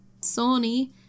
Sony